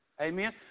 Amen